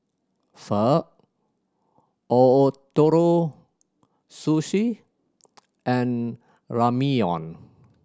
Pho Ootoro Sushi and Ramyeon